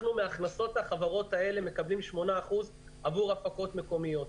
מהכנסות החברות האלה אנחנו מקבלים שמונה אחוזים עבור הפקות מקומיות.